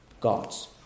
God's